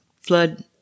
flood